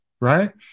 right